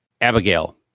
Abigail